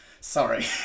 Sorry